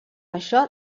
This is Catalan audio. això